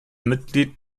mitglied